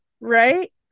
Right